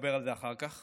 נדבר על זה אחר כך.